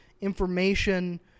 information